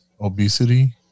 obesity